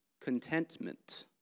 contentment